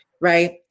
right